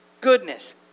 goodness